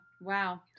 wow